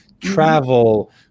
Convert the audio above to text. travel